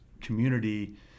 community